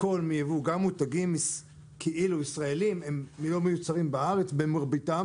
הכול מייבוא גם מותגים כאילו ישראלים לא מיוצרים בארץ במרביתם